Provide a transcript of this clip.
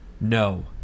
no